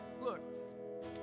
Look